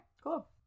cool